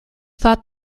thought